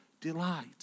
delight